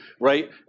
right